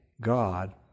God